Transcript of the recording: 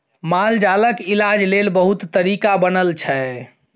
मालजालक इलाज लेल बहुत तरीका बनल छै